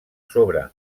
sobre